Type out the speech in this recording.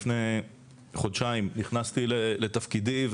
לפני חודשיים נכנסתי לתפקידי,